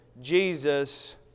Jesus